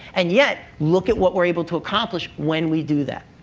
and yet, look at what we're able to accomplish when we do that.